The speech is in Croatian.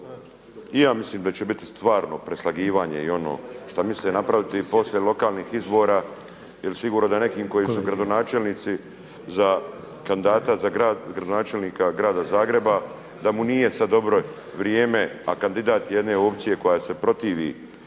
ja mislim da će biti stvarno preslagivanje i ono šta misle napraviti poslije lokalnih izbora, jer sigurno da neki koji su gradonačelnici za kandidata grada Zagreba, da mu nije sad dobro vrijeme, a kandidat jedne opcije koja se protivi